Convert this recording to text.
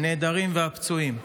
הנעדרים והפצועים,